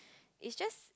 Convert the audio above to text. is just